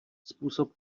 způsob